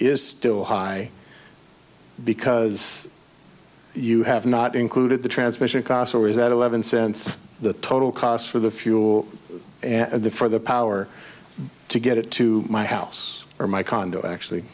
is still high because you have not included the transmission cost always at eleven cents the total cost for the fuel and the for the power to get it to my house or my condo actually